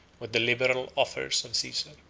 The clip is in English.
with the liberal offers of caesar it